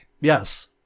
Yes